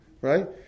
right